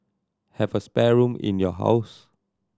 have a spare room in your house